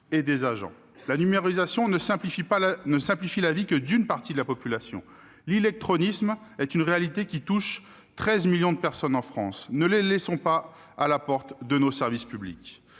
et des agents. La numérisation ne simplifie la vie que d'une partie de la population : l'illectronisme est une réalité qui touche 13 millions de personnes en France. Ne les laissons pas à la porte de nos services publics